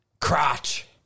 Crotch